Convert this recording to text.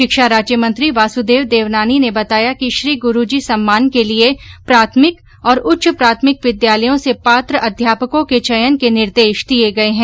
शिक्षा राज्य मंत्री वासुदेव देवनानी ने बताया कि श्री गुरूजी सम्मान के लिए प्राथमिक और उच्च प्राथमिक विद्यालयों से पात्र अध्यापकों के चयन के ै निर्देश दिये गये हैं